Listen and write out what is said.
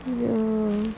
ya